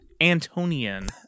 Antonian